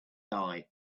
die